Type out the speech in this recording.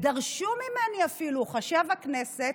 דרשו ממני אפילו, מחשב הכנסת,